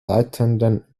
leitenden